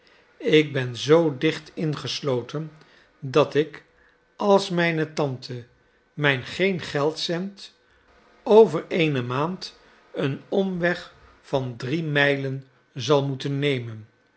ik ben zoo dicht ingesloten dat ik als mijne tante mij geen geld zendt over eene maand een omweg van drie mijlen zal moeten nemen